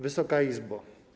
Wysoka Izbo!